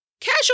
casual